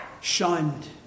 shunned